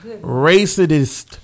racist